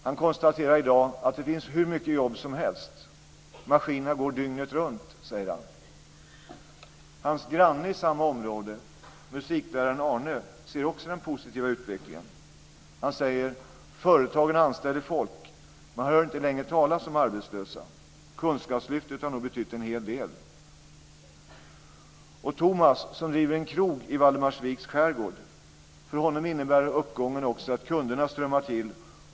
Han konstaterar i dag att det finns hur mycket jobb som helst. Maskinerna går dygnet runt, säger han. Hans granne i samma område, musikläraren Arne, ser också den positiva utvecklingen. Han säger: Företagen anställer folk. Man hör inte längre talas om arbetslösa. Kunskapslyftet har nog betytt en hel del. För Thomas, som driver en krog i Valdemarsviks skärgård, innebär uppgången också att kunderna strömmar till.